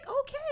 okay